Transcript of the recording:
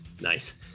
Nice